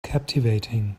captivating